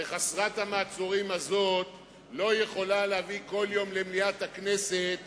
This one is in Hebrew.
וחסרת המעצורים הזאת לא יכולה להביא כל יום למליאת הכנסת